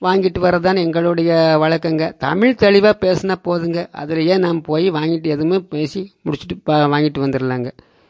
வாங்கிட்டு வரதுதான் எங்களுடைய வழக்கங்க தமிழ் தெளிவாக பேசுனால் போதுங்க அதிலையே நான் போய் வாங்கிட்டு எதுவுமே பேசி முடிச்சிட்டு வாங்கிட்டு வந்துடலாங்க